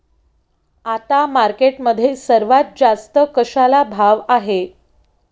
आता मार्केटमध्ये सर्वात जास्त कशाला भाव आहे?